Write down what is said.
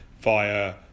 via